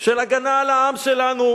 של הגנה על העם שלנו,